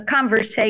conversation